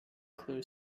clue